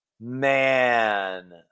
man